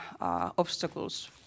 obstacles